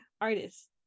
artists